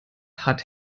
hat